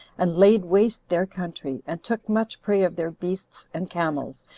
and laid waste their country, and took much prey of their beasts and camels,